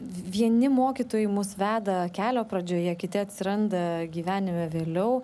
vieni mokytojai mus veda kelio pradžioje kiti atsiranda gyvenime vėliau